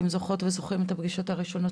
אתם זוכרות וזוכרים את הפגישות הראשונות